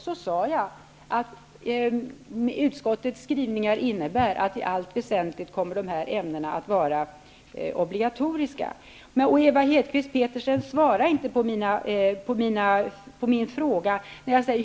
Jag sade att utskottets skrivningar innebär att dessa ämnen i allt väsentligt kommer att vara obligatoriska. Ewa Hedkvist Petersen svarade inte på min fråga om antalet timmar.